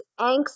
angst